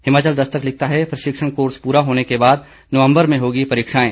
हिमाचल दस्तक लिखता है प्रशिक्षण कोर्स पूरा होने के बाद नवंबर में होंगी परीक्षाएं